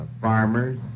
farmers